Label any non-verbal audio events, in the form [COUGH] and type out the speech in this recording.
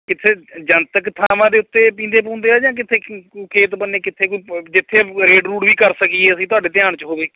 ਕਿੱਥੇ ਜਨਤਕ ਥਾਵਾਂ ਦੇ ਉੱਤੇ ਪੀਂਦੇ ਪੁੰਦੇ ਆ ਜਾਂ ਕਿੱਥੇ [UNINTELLIGIBLE] ਖੇਤ ਬੰਨੇ ਕਿੱਥੇ [UNINTELLIGIBLE] ਜਿੱਥੇ ਰੇਡ ਰੂਡ ਵੀ ਕਰ ਸਕੀਏ ਅਸੀਂ ਤੁਹਾਡੇ ਧਿਆਨ 'ਚ ਹੋਵੇ